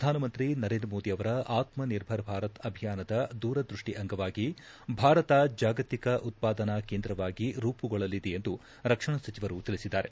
ಪ್ರಧಾನಮಂತ್ರಿ ನರೇಂದ್ರ ಮೋದಿ ಅವರ ಆತ್ಮ ನಿರ್ಭರ್ ಭಾರತ್ ಅಭಿಯಾನದ ದೂರದೃಷ್ಟಿ ಅಂಗವಾಗಿ ಭಾರತ ಜಾಗತಿಕ ಉತ್ಪಾದನಾ ಕೇಂದ್ರವಾಗಿ ರೂಮಗೊಳ್ಳಲಿದೆ ಎಂದು ರಕ್ಷಣಾ ಸಚಿವರು ತಿಳಿಸಿದ್ದಾರೆ